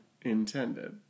intended